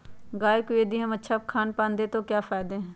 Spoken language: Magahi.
गाय को यदि हम अच्छा खानपान दें तो क्या फायदे हैं?